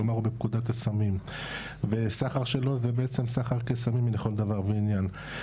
כלומר הוא בפקודת הסמים וסחר שלו זה בעצם סחר כסמים לכל דבר ועניין.